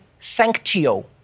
sanctio